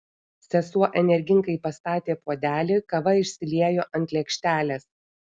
sesuo energingai pastatė puodelį kava išsiliejo ant lėkštelės